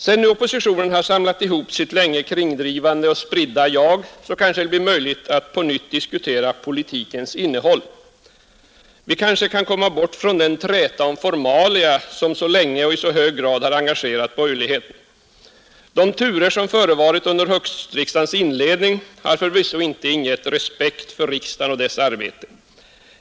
Sedan nu oppositionen samlat ihop sitt så länge kringdrivande och spridda jag blir det kanske möjligt att på nytt diskutera politikens innehåll. Vi kanske kan komma bort från den träta om formalia som så länge och i så hög grad engagerat borgerligheten. De turer som förevarit under höstriksdagens inledning har förvisso inte ingivit respekt för riksdagen och dess arbete.